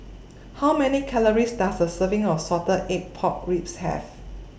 How Many Calories Does A Serving of Salted Egg Pork Ribs Have